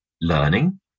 learning